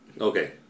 Okay